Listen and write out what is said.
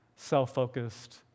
self-focused